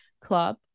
club